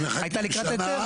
ולכן בשנה,